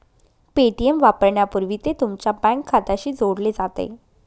Paytm वापरण्यापूर्वी ते तुमच्या बँक खात्याशी जोडले जाते